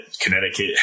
Connecticut